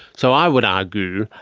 so i would argue,